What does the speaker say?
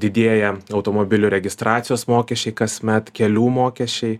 didėja automobilių registracijos mokesčiai kasmet kelių mokesčiai